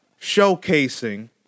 showcasing